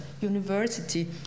university